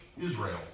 Israel